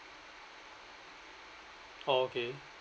oh okay